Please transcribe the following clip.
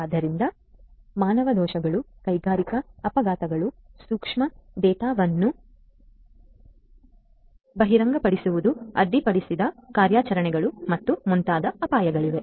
ಆದ್ದರಿಂದ ಮಾನವ ದೋಷಗಳು ಕೈಗಾರಿಕಾ ಅಪಘಾತಗಳು ಸೂಕ್ಷ್ಮ ಡೇಟಾವನ್ನು ಬಹಿರಂಗಪಡಿಸುವುದು ಅಡ್ಡಿಪಡಿಸಿದ ಕಾರ್ಯಾಚರಣೆಗಳು ಮತ್ತು ಮುಂತಾದ ಅಪಾಯಗಳಿವೆ